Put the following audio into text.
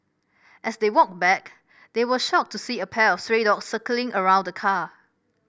as they walked back they were shocked to see a pack of stray dogs circling around the car